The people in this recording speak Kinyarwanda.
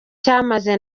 cyamaze